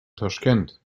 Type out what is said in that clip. taschkent